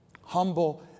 humble